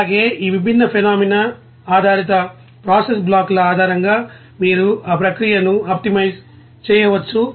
అలాగే ఈ విభిన్నఫెనోమేనా ఆధారిత ప్రాసెస్ బ్లాక్ ల ఆధారంగా మీరు ఆ ప్రక్రియను ఆప్టిమైజ్ చేయవచ్చు